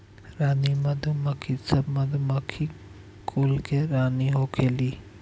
रानी मधुमक्खी सब मधुमक्खी कुल के रानी होखेली